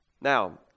Now